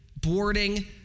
boarding